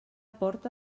porta